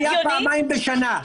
זה היה פעמיים בשנה.